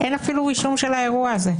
אין אפילו רישום של האירוע הזה.